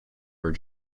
were